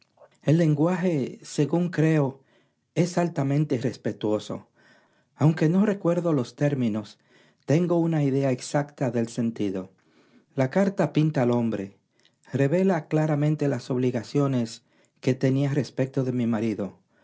el lenguaje según creo es altamente irrespetuoso aunque no recuerdo los términos tengo una idea exacta del sentido la carta pinta al hombre revela claramente las obligaciones que tenía respecto de mi marido